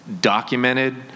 documented